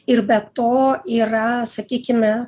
ir be to yra sakykime